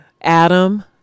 Adam